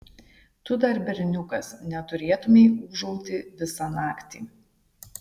tu dar berniukas neturėtumei ūžauti visą naktį